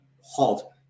halt